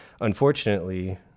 Unfortunately